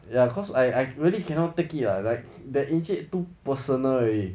ya cause I I really cannot take it lah like that encik too personal already